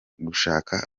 gushaka